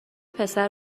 پسر